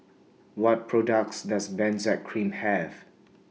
What products Does Benzac Cream Have